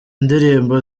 ndirimbo